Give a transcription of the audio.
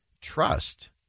trust